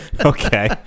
Okay